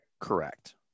Correct